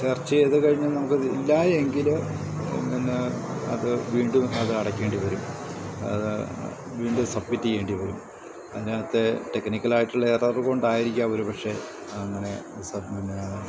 search ചെയ്ത് കഴിഞ്ഞാൽ നമുക്ക് ഇല്ലായെങ്കില് പിന്നെ അത് വീണ്ടും അത് അടയ്ക്കേണ്ടി വരും അത് വീണ്ടും സബ്മിറ്റ് ചെയ്യേണ്ടി വരും അതിനകത്തെ ടെക്നിക്കലായിയിട്ടുള്ള എറർ കൊണ്ടായിരിക്കാം ഒരുപക്ഷെ അങ്ങനെ പിന്നെ